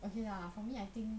okay lah for me I think